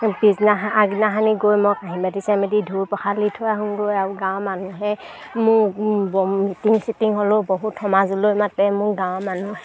পিছদিনা আগদিনাখনি গৈ মই আৰু গাঁৱৰ মানুহে মোৰ মিটিং চিটিং হ'লেও বহুত সমাজলৈ মাতে মোৰ গাঁৱৰ মানুহে